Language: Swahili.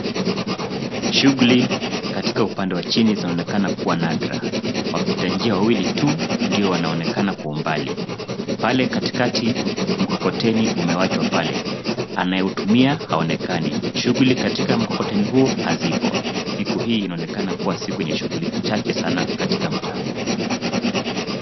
Shughuli katika upande wa chini unaonekana kuwa nadra. Wapita njia wawili tu, ndio wanaonekana kwa umbali. Pale katikati, mkokoteni umewachwa pale. Anayeutumia, haonekani. Shughuli katika mkokoteni huo, hazipo. Siku hii inaonekana kuwa siku yenye shughuli chache sana katika mtaa huu.